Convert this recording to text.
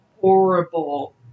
horrible